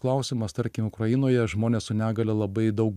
klausimas tarkim ukrainoje žmonės su negalia labai daug